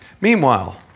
Meanwhile